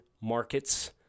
markets